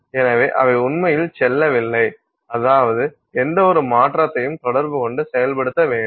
எனவே அவை உண்மையில் செல்லவில்லை அதாவது எந்தவொரு மாற்றத்தையும் தொடர்புகொண்டு செயல்படுத்த வேண்டும்